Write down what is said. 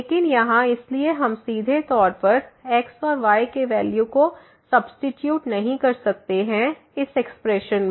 लेकिन यहाँ इसलिए हम सीधे तौर पर x और y के वैल्यू को सब्सीट्यूट नहीं कर सकते हैं इस एक्सप्रेशन में